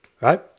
right